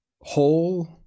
whole